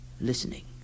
listening